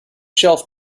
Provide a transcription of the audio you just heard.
shelf